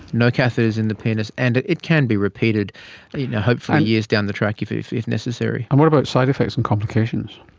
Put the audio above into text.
no catheters in the penis, and it can be repeated you know hopefully years down the track if if necessary. and what about side-effects and complications?